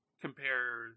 compare